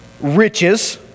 riches